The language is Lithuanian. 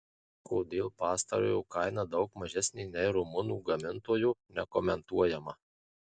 kodėl pastarojo kaina daug mažesnė nei rumunų gamintojo nekomentuojama